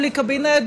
בלי קבינט,